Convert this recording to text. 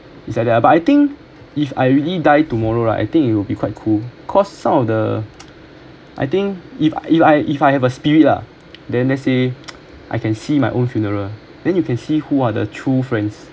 it's like that but I think if I really die tomorrow right I think it'll be quite cool because some of the I think if I if I if I have a spirit lah then let's say I can see my own funeral then you can see who are the true friends